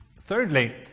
Thirdly